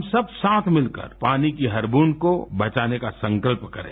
हम सब साथ मिलकर पानी की हर बूंद को बचाने का संकल्प करें